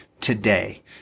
today